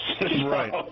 Right